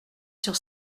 sur